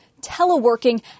teleworking